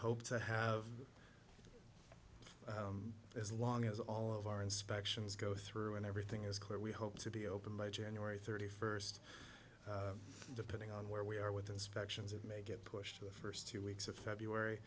hope to have as long as all of our inspections go through and everything is clear we hope to be open by january thirty first depending on where we are with inspections it make it push the first two weeks of february